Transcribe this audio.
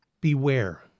Beware